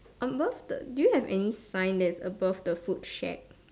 above the do you have any sign that is above the food shack